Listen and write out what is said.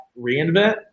reInvent